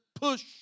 push